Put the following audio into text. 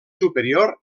superior